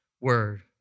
word